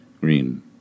Green